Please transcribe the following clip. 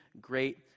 great